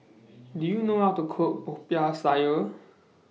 Do YOU know How to Cook Popiah Sayur